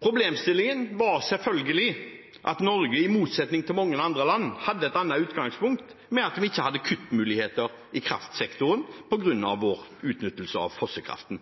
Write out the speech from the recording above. Problemstillingen var selvfølgelig at Norge, i motsetning til mange andre land, hadde et annet utgangspunkt ved at vi ikke hadde kuttmuligheter i kraftsektoren på grunn av vår utnyttelse av fossekraften.